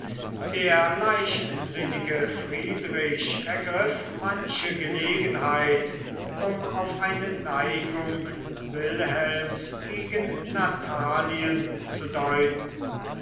der leichtsinnige friedrich ergriff manche gelegenheit um auf eine neigung wilhelms gegen natalien zu deuten